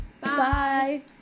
Bye